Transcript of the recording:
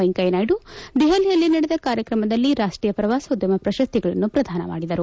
ವೆಂಕಯ್ಲನಾಯ್ಲು ದೆಹಲಿಯಲ್ಲಿ ನಡೆದ ಕಾರ್ಯಕ್ರಮದಲ್ಲಿ ರಾಷ್ಷೀಯ ಪ್ರವಾಸೋದ್ಧಮ ಪ್ರಶಸ್ತಿಗಳನ್ನು ಪ್ರದಾನ ಮಾಡಿದರು